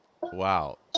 Wow